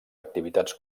activitats